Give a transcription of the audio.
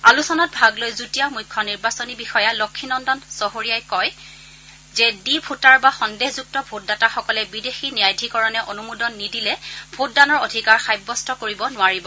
আলোচনাত ভাগ লৈ যুটীয়া মুখ্য নিৰ্বাচনী বিষয়া লক্ষীনন্দন চহৰীয়াই কয় যে ডি ভোটাৰ বা সন্দেহযুক্ত ভোটদাতাসকলে বিদেশী ন্যায়াধীকৰণে অনুমোদন নিদিলে ভোটদানৰ অধিকাৰ সাব্যস্ত কৰিব নোৱাৰিব